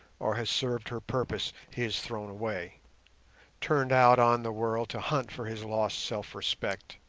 or has served her purpose, he is thrown away turned out on the world to hunt for his lost self-respect.